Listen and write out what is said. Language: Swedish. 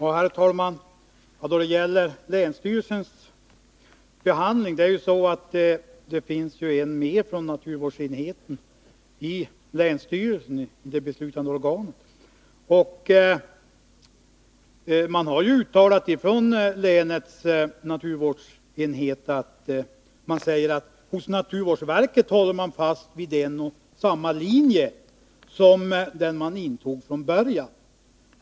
Herr talman! Då det gäller länsstyrelsens behandling av ärendet vill jag bara konstatera att det finns en representant för naturvårdsenheten med i länsstyrelsen, det beslutande organet. Från länets naturvårdsenhet har man uttalat följande: ”Hos naturvårdsverket håller man fast vid en och samma linje som den man intog från början ——-.